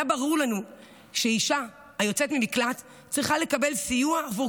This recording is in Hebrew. היה ברור לנו שאישה שיוצאת ממקלט צריכה לקבל סיוע עבור